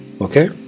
Okay